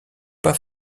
pas